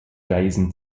weisen